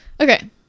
Okay